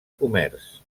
comerç